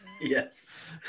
Yes